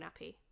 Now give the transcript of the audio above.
nappy